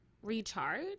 recharge